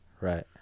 Right